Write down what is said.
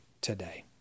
today